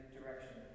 Direction